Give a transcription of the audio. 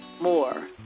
more